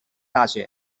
大学